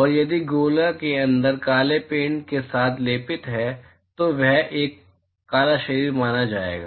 और यदि गोले के अंदर काले पेंट के साथ लेपित है तो वह एक काला शरीर माना जाता है